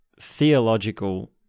theological